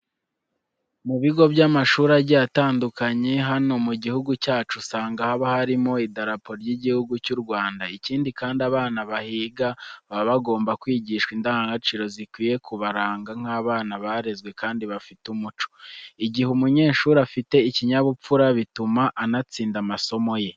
Mu bigo by'amashuri agiye atandukanye hano mu gihugu cyacu usanga haba harimo Idarapo ry'Igihugu cy'u Rwanda. Ikindi kandi abana bahiga baba bagomba kwigishwa indangagaciro zikwiye kubaranga nk'abana barezwe kandi bafite umuco. Igihe umunyeshuri afite ikinyabupfura bituma anatsinda amasomo ye.